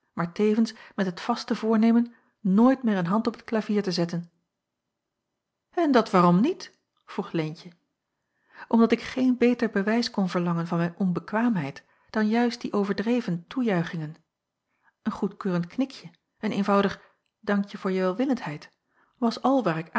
maar tevens met het vaste voornemen nooit meer een hand op het klavier te zetten en dat waarom niet vroeg leentje omdat ik geen beter bewijs kon verlangen van mijn onbekwaamheid dan juist die overdreven toejuichingen een goedkeurend knikje een eenvoudig dank je voor je welwillendheid was al waar ik